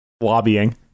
lobbying